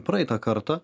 praeitą kartą